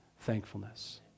thankfulness